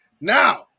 Now